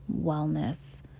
wellness